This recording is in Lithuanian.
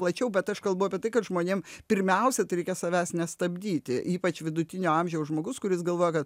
plačiau bet aš kalbu apie tai kad žmonėm pirmiausia tai reikia savęs nestabdyti ypač vidutinio amžiaus žmogus kuris galvoja kad